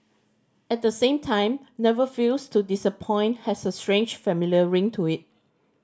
at the same time never fails to disappoint has a strange familiar ring to it